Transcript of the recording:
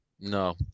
no